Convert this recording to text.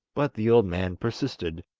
but the old man persisted,